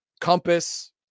Compass